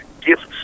gifts